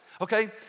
okay